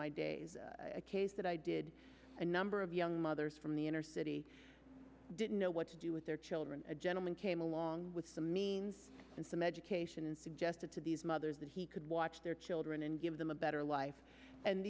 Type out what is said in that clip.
my days a case that i did a number of young mothers from the inner city didn't know what to do with their children a gentleman came along with some means and some education and suggested to these mothers that he could watch their children and give them a better life and